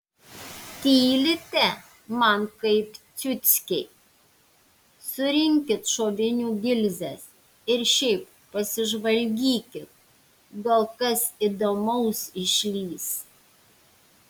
tylite man kaip ciuckiai surinkit šovinių gilzes ir šiaip pasižvalgykit gal kas įdomaus išlįs